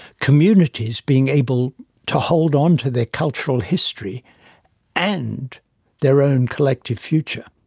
communities being able to hold on to their cultural history and their own collective future.